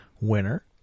winner